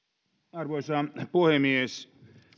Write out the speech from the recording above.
arvoisa puhemies